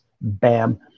BAM